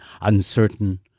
uncertain